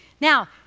Now